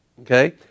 Okay